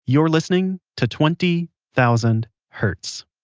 you're listening to twenty thousand hertz